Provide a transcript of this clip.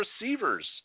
receivers